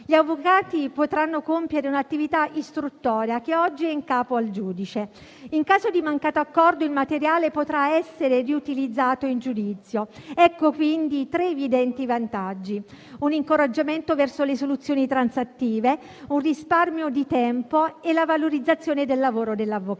Gli avvocati potranno compiere un'attività istruttoria che oggi è in capo al giudice. In caso di mancato accordo il materiale potrà essere riutilizzato in giudizio. Ecco, quindi, i tre evidenti vantaggi: un incoraggiamento verso le soluzioni transattive, un risparmio di tempo e la valorizzazione del lavoro dell'avvocato.